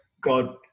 God